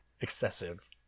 excessive